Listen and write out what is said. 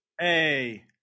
Hey